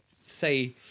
say